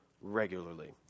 regularly